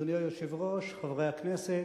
אדוני היושב-ראש, חברי הכנסת,